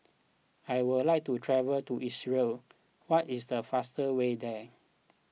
I would like to travel to Israel what is the fastest way there